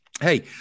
Hey